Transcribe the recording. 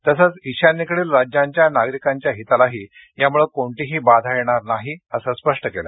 तसंच ईशान्येकडील राज्यांच्या नागरिकांच्या हितालाही यामुळे कोणतीही बाधा येणार नाही असं स्पष्ट केलं